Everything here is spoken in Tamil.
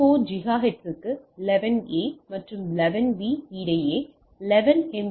4 ஜிகாஹெர்ட்ஸுக்கு 11 A மற்றும் 11 B இடையே 11 எம்